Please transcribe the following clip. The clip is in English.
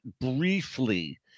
briefly